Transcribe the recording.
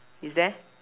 is there